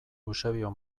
eusebio